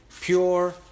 pure